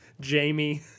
jamie